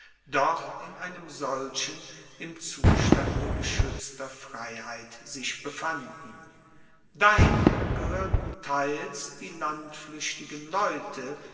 doch in einem solchen im zustande geschuetzter freiheit sich befanden dahin gehoerten teils die landfluechtigen leute